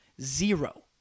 Zero